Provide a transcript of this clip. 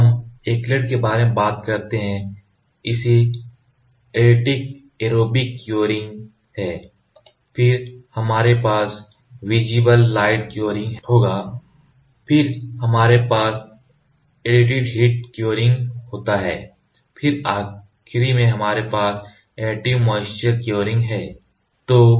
जब हम एक्रिलेट के बारे में बात करते हैं तो इसे ऐडिड एरोबिक क्योरिंग है फिर हमारे पास विजिबल लाइट क्योरिंग होगा फिर हमारे पास ऐडिड हीट क्योरिंग होता है फिर आखिरी में हमारे पास ऐडिड मॉइस्चर क्योरिंग है